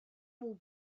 will